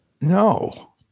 No